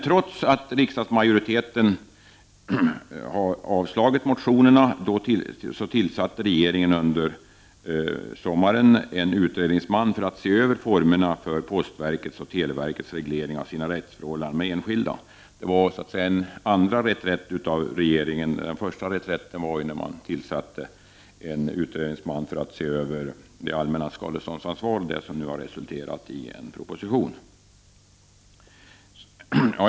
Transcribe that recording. Trots riksdagsmajoritetens avslag på motionerna tillsatte regeringen under sommaren en utredningsman för att se över formerna för postverkets och televerkets reglering av sina rättsförhållanden gentemot enskilda. Det var så att säga en andra reträtt av regeringen. Den första reträtten var när man tillsatte en utredningsman för att se över det allmänna skadeståndsansvaret, vilket nu har resulterat i en proposition.